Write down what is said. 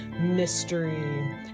mystery